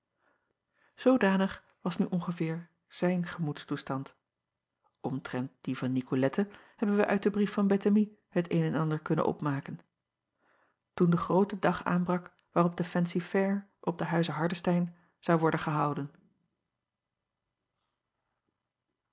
oodanig was nu ongeveer zijn gemoedstoestand omtrent dien van icolette hebben wij uit den brief van ettemie het een en ander kunnen opmaken toen de groote dag aanbrak waarop de fancy-fair op den uize ardestein zou worden gehouden